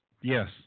yes